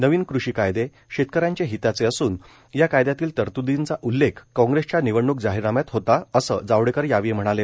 नवीन कृषी कायदे शेतकऱ्यांच्या हिताचे असून या कायद्यातील तरतृदींचा उल्लेख कॉंग्रेसच्या निवडणूक जाहीरनाम्यात होता असं जावडेकर म्हणाले